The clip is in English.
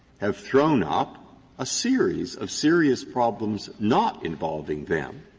have thrown up a series of serious problems not involving them,